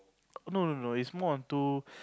no no no is more on to